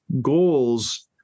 goals